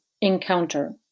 Encounter